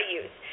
use